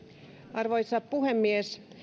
arvoisa puhemies